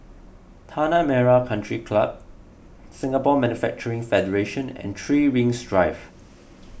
Tanah Merah Country Club Singapore Manufacturing Federation and three Rings Drive